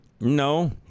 no